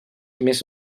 més